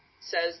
says